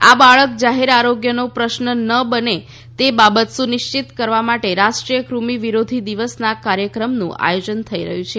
આ બાળક જાહેર આરોગ્યનો પ્રશ્ન ન બને તે બાબત સુનિશ્રીત કરવા માટે રાષ્ટ્રીય કૃમિ વિરોધી દિવસના કાર્યક્રમનું આયોજન થઈ રહ્યું છે